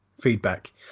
feedback